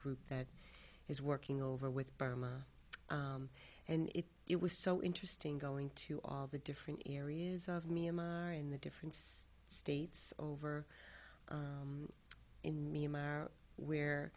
group that he's working over with burma and it was so interesting going to all the different areas of me i'm in the difference states over in where